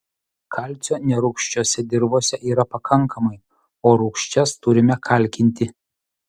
kalcio nerūgščiose dirvose yra pakankamai o rūgščias turime kalkinti